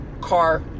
Car